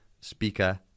speaker